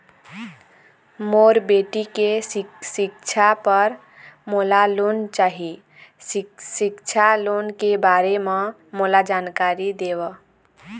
मोर बेटी के सिक्छा पर मोला लोन चाही सिक्छा लोन के बारे म मोला जानकारी देव?